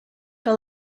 que